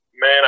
Man